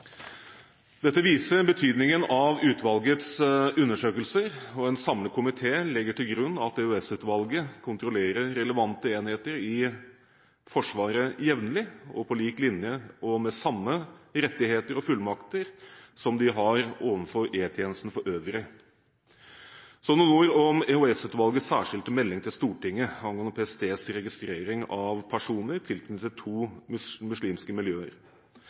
Dette viser betydningen av utvalgets undersøkelser, og en samlet komité legger til grunn at EOS-utvalget kontrollerer relevante enheter i Forsvaret jevnlig, på lik linje og med samme rettigheter og fullmakter som de har overfor E-tjenesten for øvrig. Så noen ord om EOS-utvalgets særskilte melding til Stortinget angående PSTs registrering av personer tilknyttet to muslimske miljøer.